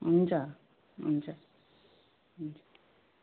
हुन्छ हुन्छ हुन्छ